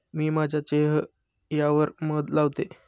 मी माझ्या चेह यावर मध लावते